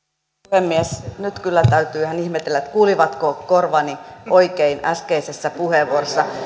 puhemies nyt kyllä täytyy ihan ihmetellä kuulivatko korvani oikein äskeisessä puheenvuorossa